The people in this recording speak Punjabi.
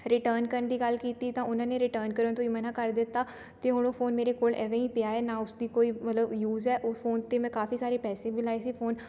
ਰਿਟਰਨ ਕਰਨ ਦੀ ਗੱਲ ਕੀਤੀ ਤਾਂ ਉਹਨਾਂ ਨੇ ਰਿਟਰਨ ਕਰਨ ਤੋਂ ਹੀ ਮਨਾ ਕਰ ਦਿੱਤਾ ਅਤੇ ਹੁਣ ਉਹ ਫੋਨ ਮੇਰੇ ਕੋਲ ਇਵੇਂ ਹੀ ਪਿਆ ਏ ਨਾ ਉਸ ਦੀ ਕੋਈ ਮਤਲਬ ਯੂਜ਼ ਹੈ ਉਹ ਫੋਨ 'ਤੇ ਮੈਂ ਕਾਫੀ ਸਾਰੇ ਪੈਸੇ ਵੀ ਲਾਏ ਸੀ ਫੋਨ